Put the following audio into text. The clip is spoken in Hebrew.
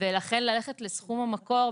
לכן ללכת לסכום המקור,